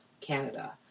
Canada